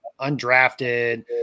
undrafted